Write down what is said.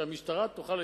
ושהמשטרה תוכל,